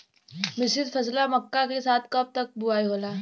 मिश्रित फसल मक्का के साथ कब तक बुआई होला?